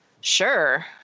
Sure